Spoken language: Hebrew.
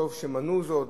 טוב שמנעו זאת,